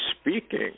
speaking